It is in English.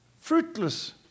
fruitless